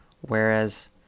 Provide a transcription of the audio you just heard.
Whereas